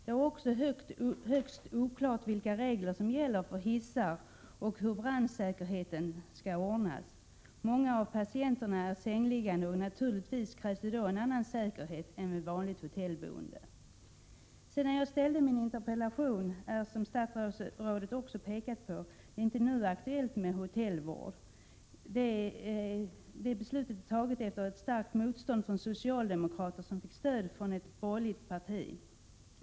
Det är också mycket oklart vilka regler som gäller för hissar och hur brandsäkerheten skall ordnas. Många av patienterna är sängliggande. Det krävs då naturligtvis en annan säkerhet än vid vanligt hotellboende. Sedan jag ställde min interpellation har läget förändrats. Som statsrådet pekade på, är det inte längre aktuellt med hotellvård. Det beslutet hade tagits efter ett starkt motstånd från socialdemokraterna, som fick stöd från ett borgerligt parti.